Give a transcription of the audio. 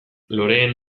loreen